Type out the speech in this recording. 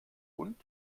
hund